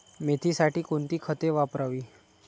मेथीसाठी कोणती खते वापरावी?